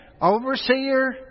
Overseer